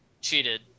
cheated